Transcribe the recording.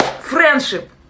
Friendship